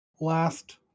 last